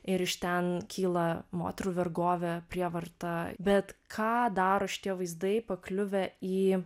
ir iš ten kyla moterų vergovė prievarta bet ką daro šitie vaizdai pakliuvę į